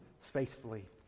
faithfully